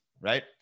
right